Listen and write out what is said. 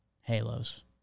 Halos